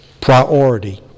priority